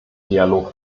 dialog